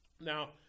Now